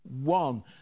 one